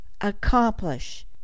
accomplish